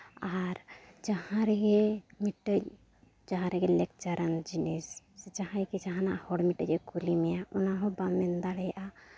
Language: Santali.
ᱟᱨ ᱡᱟᱦᱟᱸ ᱨᱮᱜᱮ ᱢᱤᱫᱴᱮᱱ ᱡᱟᱦᱟᱸ ᱨᱮᱜᱮ ᱞᱟᱠᱪᱟᱨᱟᱱ ᱡᱤᱱᱤᱥ ᱥᱮ ᱡᱟᱦᱟᱸᱭ ᱜᱮ ᱡᱟᱦᱟᱱᱟᱜ ᱦᱚᱲ ᱢᱤᱫᱴᱮᱱ ᱮ ᱠᱩᱞᱤ ᱢᱮᱭᱟ ᱚᱱᱟ ᱦᱚᱸ ᱵᱟᱢ ᱢᱮᱱ ᱫᱟᱲᱮᱭᱟᱜᱼᱟ